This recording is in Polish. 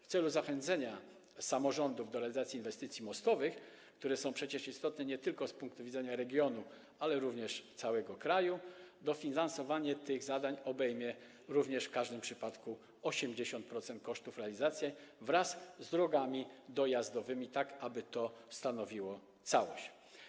W celu zachęcenia samorządów do realizacji inwestycji mostowych, które są przecież istotne z punktu widzenia nie tylko regionu, ale również całego kraju, dofinansowanie tych zadań obejmie również w każdym przypadku 80% kosztów realizacji wraz z drogami dojazdowymi, tak aby to stanowiło całość.